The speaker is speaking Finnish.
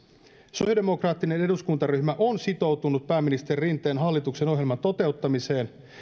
sosiaalidemokraattinen eduskuntaryhmä on sitoutunut pääministeri rinteen hallituksen ohjelman toteuttamiseen